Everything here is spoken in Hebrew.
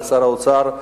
לשר האוצר,